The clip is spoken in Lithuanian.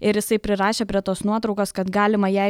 ir jisai prirašė prie tos nuotraukos kad galima ją